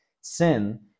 sin